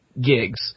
gigs